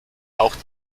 auch